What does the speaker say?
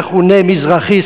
המכונה מזרחי,